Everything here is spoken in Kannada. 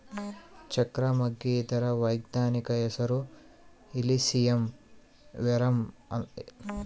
ಚಕ್ರ ಮಗ್ಗು ಇದರ ವೈಜ್ಞಾನಿಕ ಹೆಸರು ಇಲಿಸಿಯಂ ವೆರುಮ್ ಇದರ ಸ್ವಾದ ಸೊಂಪಿನಂತೆ ಇರ್ತಾದ